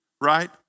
right